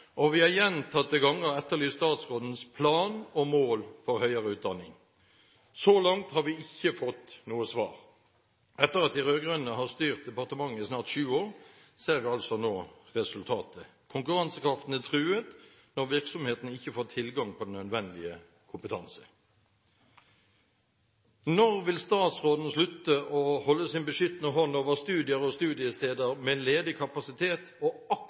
og vi har gjentatte ganger etterlyst statsrådens plan og mål for høyere utdanning. Så langt har vi ikke fått noe svar. Etter at de rød-grønne har styrt departementet i snart sju år, ser vi altså nå resultatet: Konkurransekraften er truet når virksomhetene ikke får tilgang på den nødvendige kompetanse. Når vil statsråden slutte å holde sin beskyttende hånd over studier og studiesteder med ledig kapasitet og